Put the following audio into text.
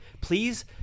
please